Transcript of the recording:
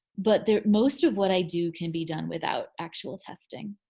but most of what i do can be done without actual testing.